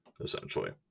essentially